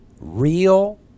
real